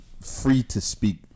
free-to-speak